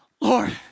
Lord